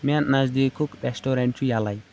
مےٚ نزدیکُک ریسٹورنٹ چھ ییلہٕ